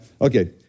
Okay